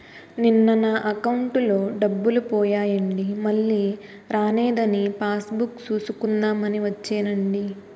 నిన్న నా అకౌంటులో డబ్బులు పోయాయండి మల్లీ రానేదని పాస్ బుక్ సూసుకుందాం అని వచ్చేనండి